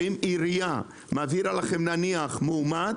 שאם עירייה מעבירה לכם נניח מועמד,